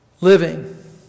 Living